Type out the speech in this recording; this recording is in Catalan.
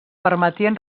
permetien